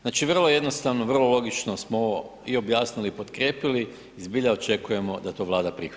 Znači vrlo jednostavno, vrlo logično smo ovo i objasnili i potkrijepili i zbilja očekujemo da to Vlada prihvati.